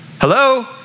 Hello